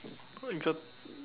uh in